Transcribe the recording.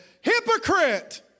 Hypocrite